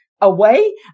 away